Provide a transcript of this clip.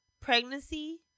Pregnancy